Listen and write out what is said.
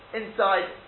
inside